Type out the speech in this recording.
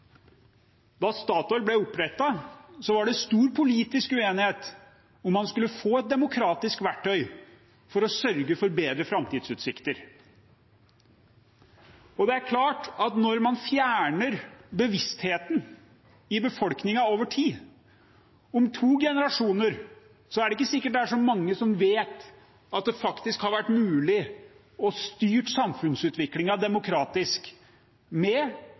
Da Statoil ble opprettet, var det stor politisk uenighet om man skulle få et demokratisk verktøy for å sørge for bedre framtidsutsikter. Og når man fjerner bevisstheten i befolkningen over tid, er det om to generasjoner ikke sikkert at det er så mange som vet at det faktisk har vært mulig å styre samfunnsutviklingen demokratisk